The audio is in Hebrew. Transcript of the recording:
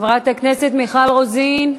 חברת הכנסת מיכל רוזין,